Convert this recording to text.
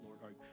Lord